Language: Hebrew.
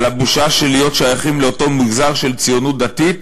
על הבושה של להיות שייכים לאותו מגזר של הציונות הדתית